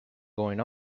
going